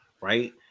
Right